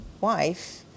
wife